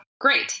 great